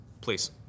please